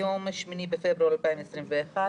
היום 8 בפברואר 2021,